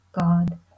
God